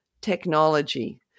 technology